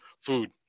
food